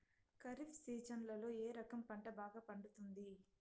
ఖరీఫ్ సీజన్లలో ఏ రకం పంట బాగా పండుతుంది